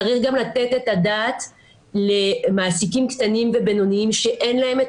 צריך גם לתת את הדעת למעסיקים קטנים ובינוניים שאין להם את